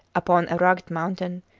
upon a rugged mountain,